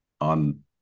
on